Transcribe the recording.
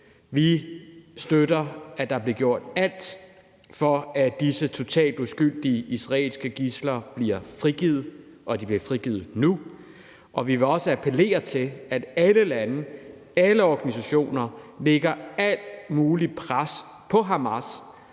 Vi støtter, at der bliver gjort alt, for at disse totalt uskyldige israelske gidsler bliver frigivet, og at de bliver frigivet nu. Vi vil også appellere til, at alle lande, alle organisationer lægger alt muligt pres på Hamas,